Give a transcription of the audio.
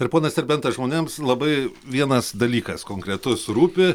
ir ponas serbenta žmonėms labai vienas dalykas konkretus rūpi